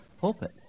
pulpit